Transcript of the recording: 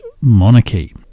monarchy